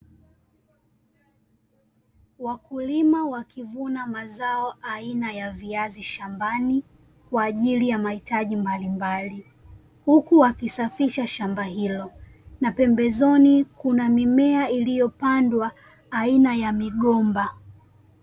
Wakulima wakivuna mazao aina ya viazi shambani kwa ajili ya mahitaji mbalimbali. Huku wakisafisha shamba hilo. Na pembezoni kuna mimea iliyopandwa aina ya migomba.